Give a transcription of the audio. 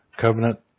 covenant